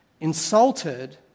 insulted